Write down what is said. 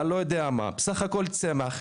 זהו בסך הכל צמח.